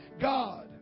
God